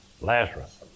Lazarus